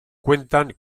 cuentan